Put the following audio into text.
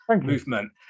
movement